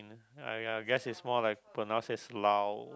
uh ya I guess it's more like pronounce as lao